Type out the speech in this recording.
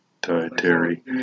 dietary